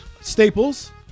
Staples